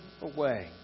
away